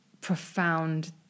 profound